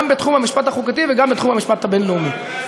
גם בתחום המשפט החוקתי וגם בתחום המשפט הבין-לאומי,